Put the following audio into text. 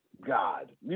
God